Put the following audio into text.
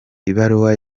ibaruwa